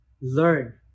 learn